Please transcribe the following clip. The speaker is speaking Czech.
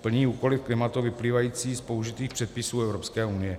Plní úkoly klimatu vyplývající z použitých předpisů Evropské unie.